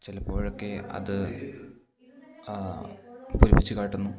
ചിലപ്പോഴക്കെ അത് പെരുപ്പിച്ച് കാട്ടുന്നു